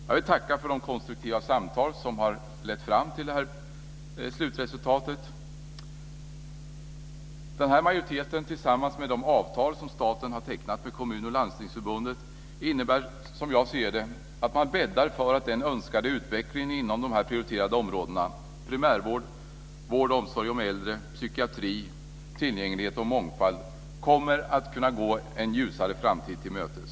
Jag vill tacka för de konstruktiva samtal som har lett fram till det här slutresultatet. Denna majoritet tillsammans med de avtal som staten har tecknat med Kommun och Landstingsförbunden innebär, som jag ser det, att man bäddar för att önskad utveckling inom de här prioriterade områdena - primärvård, vård av och omsorg om de äldre, psykiatri, tillgänglighet och mångfald - kommer att kunna gå en ljusare framtid till mötes.